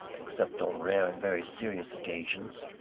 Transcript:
except on rare and very serious occasions.